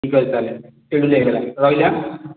ଠିକ୍ ଅଛି ତାହେଲେ ରହିଲି ଆଁ